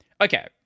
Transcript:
Okay